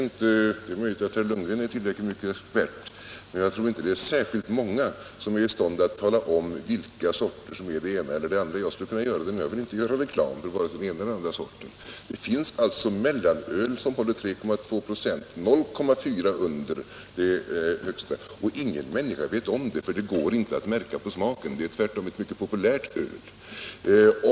Det är möjligt att herr Lundgren är tillräckligt mycket av expert, men jag tror inte att det är särskilt många som är i stånd att tala om vilka sorter som har den ena eller den andra styrkan. Jag skulle kunna göra det, men jag vill inte göra reklam för vare sig den ena eller den andra sorten. Det finns alltså mellanöl som håller 3,2 26, 0,4 26 under den högsta tillåtna halten. Och ingen människa vet om det, därför att det inte går att märka på smaken — det är tvärtom ett mycket populärt öl.